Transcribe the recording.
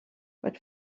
but